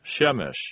Shemesh